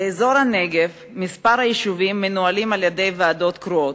בנגב כמה יישובים מנוהלים על-ידי ועדות קרואות,